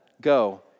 Go